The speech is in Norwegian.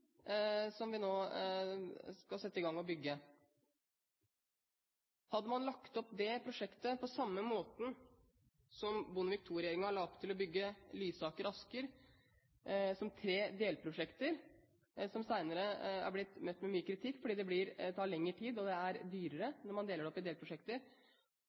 som vi nå skal sette i gang og bygge. Hadde man lagt opp det prosjektet på samme måten som Bondevik II-regjeringen la opp til å bygge Lysaker–Asker, som tre delprosjekter – som senere er blitt møtt med mye kritikk, fordi det tar lengre tid, og det er dyrere når man deler det opp i delprosjekter